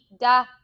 da